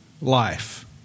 life